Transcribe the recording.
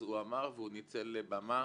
הוא אמר והוא ניצל במה.